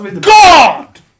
God